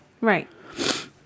Right